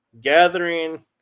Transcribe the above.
Gathering